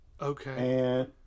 Okay